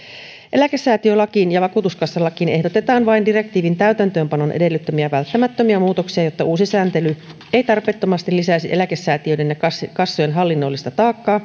eläkesäätiölakiin ja vakuutuskassalakiin ehdotetaan vain direktiivin täytäntöönpanon edellyttämiä välttämättömiä muutoksia jotta uusi sääntely ei tarpeettomasti lisäisi eläkesäätiöiden ja kassojen hallinnollista taakkaa